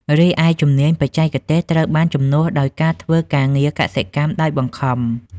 រីឯ ជំនាញបច្ចេកទេសត្រូវបានជំនួសដោយការធ្វើការងារកសិកម្មដោយបង្ខំ។